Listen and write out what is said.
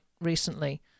recently